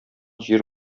җир